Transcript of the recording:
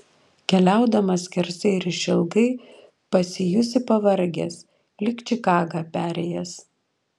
keliaudamas skersai ir išilgai pasijusi pavargęs lyg čikagą perėjęs